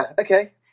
okay